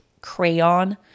crayon